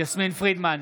יסמין פרידמן,